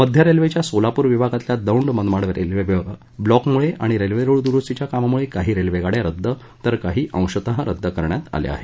मध्य रेल्वेच्या सोलापूर विभागातल्या दौंड मनमाड रेल्वे विभागात ब्लॉकमुळे आणि रेल्वे रूळ दुरुस्तीच्या कामामुळे काही रेल्वे गाड्या रद्द तर काही अंशतः रद्द करण्यात आल्या आहेत